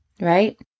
right